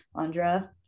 Andra